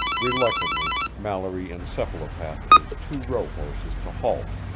reluctantly, mallory encephalopathed his two rohorses to halt,